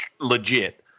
legit